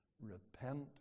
repent